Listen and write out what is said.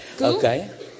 Okay